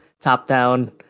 top-down